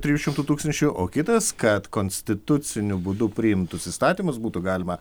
trijų šimtų tūkstančių o kitas kad konstituciniu būdu priimtus įstatymus būtų galima